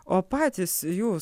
o patys jūs